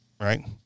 right